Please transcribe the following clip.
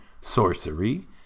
sorcery